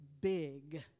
big